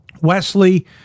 Wesley